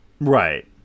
Right